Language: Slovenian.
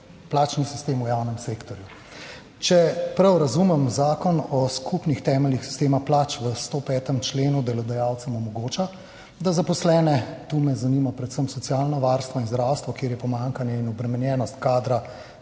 plačni sistem v javnem sektorju. Če prav razumem Zakon o skupnih temeljih sistema plač, v 105. členu delodajalcem omogoča – tu me zanimata predvsem socialno varstvo in zdravstvo, kjer sta pomanjkanje in obremenjenost kadra